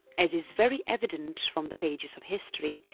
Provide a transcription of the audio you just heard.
as is very evident from the pages of history,